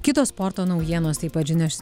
kitos sporto naujienos taip pat žinios